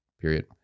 period